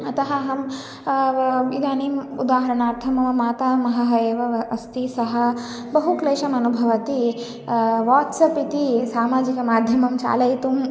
अतः अहं व इदानीम् उदारहणार्थं मम मातामहः एव अस्ति सः बहु क्लेशम् अनुभवति वाट्सप् इति सामाजिकमाध्यमं चालयितुं